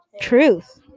Truth